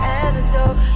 antidote